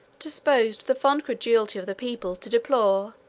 disposed the fond credulity of the people to deplore,